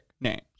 names